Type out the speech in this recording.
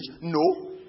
No